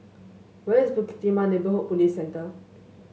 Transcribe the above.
where is Bukit Timah Neighbourhood Police Centre